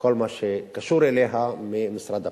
וכל מה שקשור אליה ממשרד הפנים.